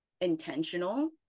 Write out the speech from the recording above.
intentional